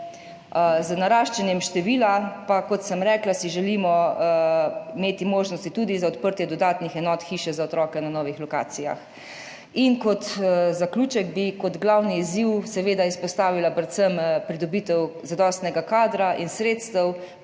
Z naraščanjem števila pa, kot sem rekla, si želimo imeti možnosti tudi za odprtje dodatnih enot Hiše za otroke na novih lokacijah. Kot zaključek bi kot glavni izziv seveda izpostavila predvsem pridobitev zadostnega kadra in sredstev,